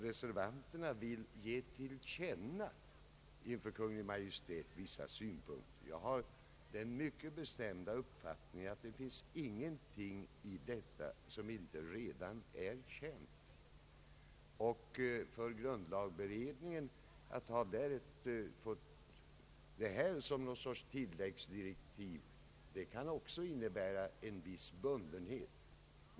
Reservanterna vill ge Kungl. Maj:t vissa synpunkter till känna. Jag har den bestämda uppfattningen att det inte finns någonting i detta som inte redan är känt. För grundiagberedningen kan det också innebära en viss bundenhet att ha fått detta som någon sorts tilläggsdirektiv.